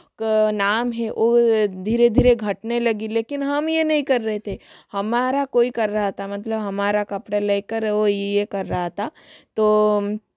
नाम है औ धीरे धीरे घटने लगी लेकिन हम ये नहीं कर रहे थे हमारा कोई कर रहा था मतलब हमारा कपड़े लेकर वो ये कर रहा था तो